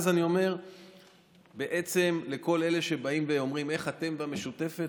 אז אני אומר בעצם לכל אלה שבאים ואומרים: איך אתם והמשותפת,